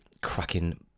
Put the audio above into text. cracking